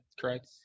correct